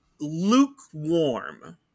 lukewarm